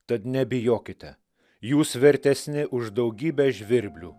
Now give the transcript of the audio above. tad nebijokite jūs vertesni už daugybę žvirblių